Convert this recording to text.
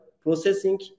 processing